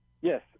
Yes